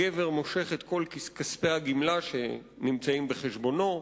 הגבר מושך את כל כספי הגמלה שנמצאים בחשבונו,